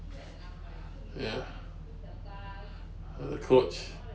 ya her coach